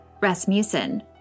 Rasmussen